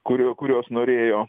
kurio kurios norėjo